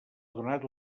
donat